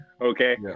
Okay